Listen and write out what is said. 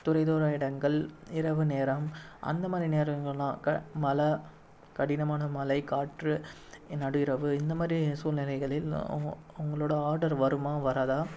தொலை தூர இடங்கள் இரவு நேரம் அந்த மாதிரி நேரங்கள்னாக்க மழை கடினமான மழை காற்று நடு இரவு இந்த மாதிரி சூழ்நிலைகளில் அவங்களோட ஆடர் வருமா வராதா